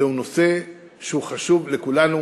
זהו נושא שהוא חשוב לכולנו,